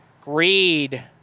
greed